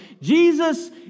Jesus